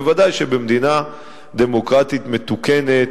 ודאי שבמדינה דמוקרטית מתוקנת